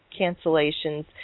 cancellations